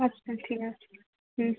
আচ্ছা ঠিক আছে হুম